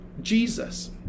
Jesus